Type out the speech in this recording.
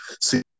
See